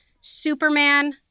Superman